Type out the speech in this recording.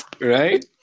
right